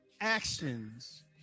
actions